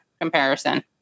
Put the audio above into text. comparison